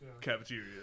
cafeteria